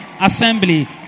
Assembly